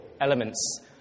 elements